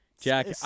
Jack